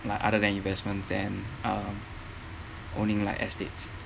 like other than investments and um owning like estates